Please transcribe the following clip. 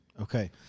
Okay